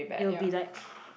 it will be like